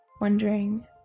wondering